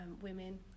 women